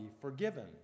forgiven